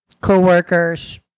coworkers